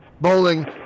Bowling